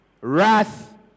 wrath